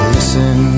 Listen